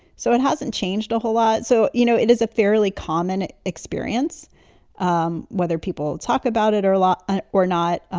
so it hasn't changed a whole lot. so, you know, it is a fairly common experience um whether people talk about it or law ah or not,